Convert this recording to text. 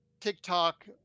TikTok